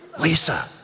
Lisa